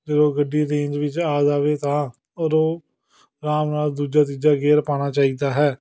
ਜਦੋਂ ਗੱਡੀ ਰੇਂਜ ਵਿੱਚ ਆ ਜਾਵੇ ਤਾਂ ਉਦੋਂ ਆਰਾਮ ਨਾਲ ਦੂਜਾ ਤੀਜਾ ਗੇਅਰ ਪਾਉਣਾ ਚਾਹੀਦਾ ਹੈ